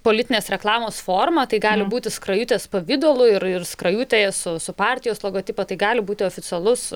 politinės reklamos forma tai gali būti skrajutės pavidalu ir ir skrajutėje su su partijos logotipu tai gali būti oficialus